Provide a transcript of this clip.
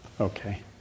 Okay